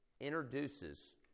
introduces